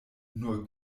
nur